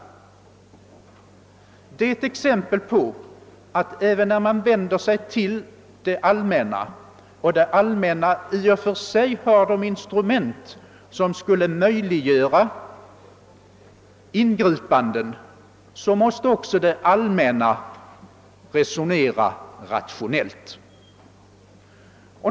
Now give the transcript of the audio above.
Detta är ett exempel på att även om det allmänna har de instrument som skulle möjliggöra ett ingripande måste också det allmänna resonera rationellt.